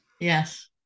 yes